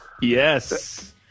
yes